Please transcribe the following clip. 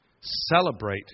celebrate